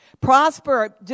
Prosper